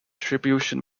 contribution